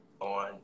on